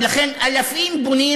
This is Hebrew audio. ולכן אלפים בונים,